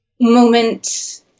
moment